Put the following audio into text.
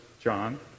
John